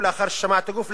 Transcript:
ולאחר ששמע את הגוף,